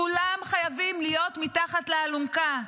כולם חייבים להיות מתחת לאלונקה.